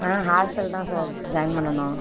ஆ hostel தான் sir join பண்ணணும்